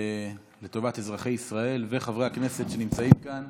לטובת אזרחי ישראל וחברי הכנסת שנמצאים כאן,